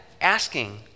asking